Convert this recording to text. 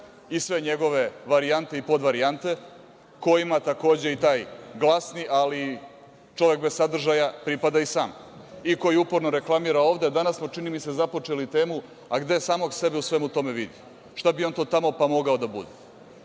i sve njegove varijante i podvarijante, ko ima takođe i taj glasni, ali čovek bez sadržaja pripada i sam i koji uporno reklamira ovde. Danas smo, čini mi se započeli temu, a gde samog sebe u svemu tome vidi, šta bi on tamo pa mogao da bude?